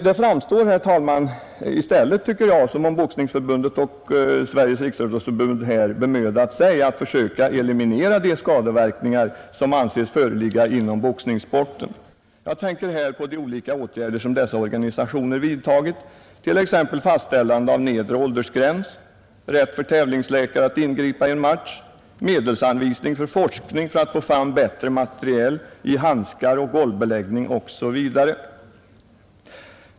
Det verkar, herr talman, som om Boxningsförbundet och Riksidrottsförbundet försökt eliminera de skadeverkningar som ansetts föreligga inom boxningssporten. Jag tänker på de olika åtgärder som dessa organisationer vidtagit, t.ex. fastställande av nedre åldersgräns, rätt för tävlingsläkare att ingripa i en match, medelsanvisning för forskning för att få fram bättre material i handskar och golv osv.